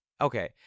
Okay